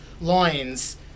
loins